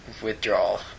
Withdrawal